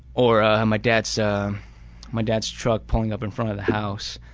or ah my dad's my dad's truck pulling up in front of the house,